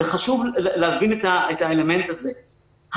וחשוב להבין את האלמנט הזה.